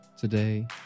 today